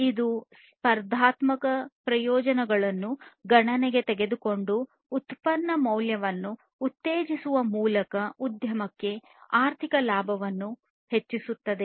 ಇದು ಸ್ಪರ್ಧಾತ್ಮಕ ಪ್ರಯೋಜನಗಳನ್ನು ಗಣನೆಗೆ ತೆಗೆದುಕೊಂಡು ಉತ್ಪನ್ನ ಮೌಲ್ಯವನ್ನು ಉತ್ತೇಜಿಸುವ ಮೂಲಕ ಉದ್ಯಮಕ್ಕೆ ಆರ್ಥಿಕ ಲಾಭವನ್ನು ಹೆಚ್ಚಿಸುತ್ತದೆ